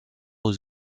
aux